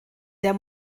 der